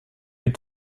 get